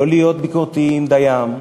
לא להיות ביקורתיים דיים,